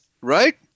right